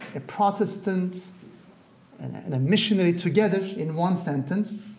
a protestant and and a missionary together in one sentence,